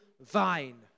vine